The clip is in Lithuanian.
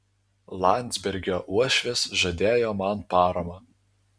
landsbergio uošvis žadėjo man paramą